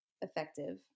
effective